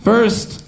First